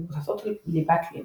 המבוססות על ליבת לינוקס.